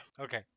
Okay